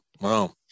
Wow